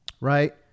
right